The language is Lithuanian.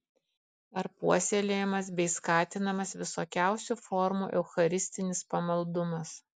ar puoselėjamas bei skatinamas visokiausių formų eucharistinis pamaldumas